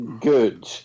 good